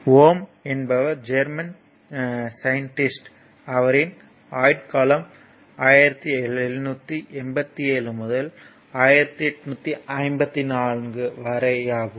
ஓம் என்பவர் German scientist அவரின் ஆயுட்காலம் 1787 முதல் 1854 ஆகும்